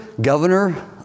governor